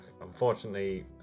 Unfortunately